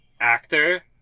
actor